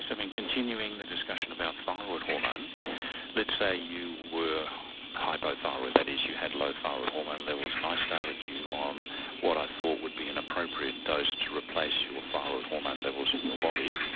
i mean continuing the discussion about thyroid hormone let's say you were hypo-thyroid, that is you had low thyroid hormone levels and i started you on what i thought would be an appropriate dose to replace your thyroid hormone levels in your body.